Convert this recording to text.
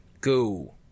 Go